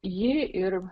ji ir